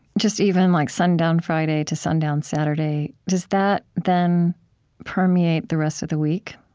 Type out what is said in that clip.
just even like sundown friday to sundown saturday, does that then permeate the rest of the week?